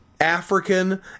African